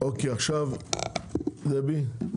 דבי.